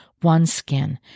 OneSkin